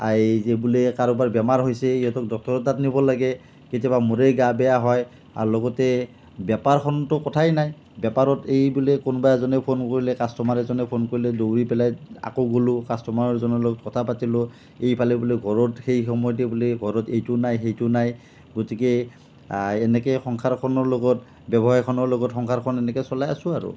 এই যে বোলে কাৰোবাৰ বেমাৰ হৈছে সিহঁতক ডক্তৰৰ তাত নিব লাগে কেতিয়াবা মোৰে গা বেয়া হয় আৰু লগতে বেপাৰখনতো কথাই নাই বেপাৰত এই বোলে কোনোবা এজনে ফোন কৰিলে কাষ্টমাৰ এজনে ফোন কৰিলে দৌৰি পেলাই আকৌ গ'লোঁ কাষ্টমাৰজনৰ লগত কথা পাতিলোঁ এইফালে বোলে ঘৰত সেই সময়তে বোলে ঘৰত এইটো নাই সেইটো নাই গতিকে এনেকৈ সংসাৰখনৰ লগত ব্যৱসায়খনৰ লগত সংসাৰখন এনেকৈয়ে চলাই আছোঁ আৰু